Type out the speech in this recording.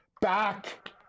back